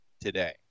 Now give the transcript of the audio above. today